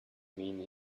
mean